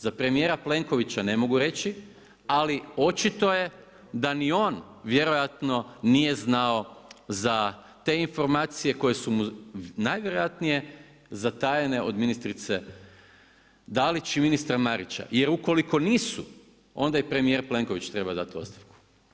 Za premjera Plenkovića ne mogu reći, ali očito je da ni on vjerojatno nije znao za te informacije, koje su mu najvjerojatnije zatajene od ministrice Dalić i ministra Marića, jer ukoliko nisu, onda i premjer Plenković treba dati ostavku.